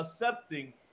accepting